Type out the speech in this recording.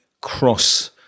cross